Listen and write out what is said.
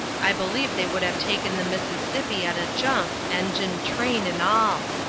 i believe they would have taken the mississippi at a jump, engine, train, and all.